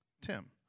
Tim